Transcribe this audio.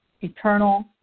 eternal